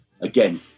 again